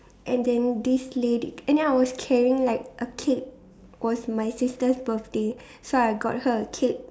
and then this lady and then I was carrying like a cake was my sister's birthday so I got her a cake